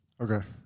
Okay